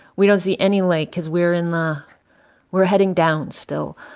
we don't see any light because we're in the we're heading down still.